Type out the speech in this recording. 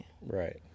right